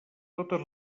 totes